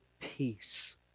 peace